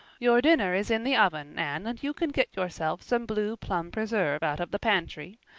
your dinner is in the oven, anne, and you can get yourself some blue plum preserve out of the pantry.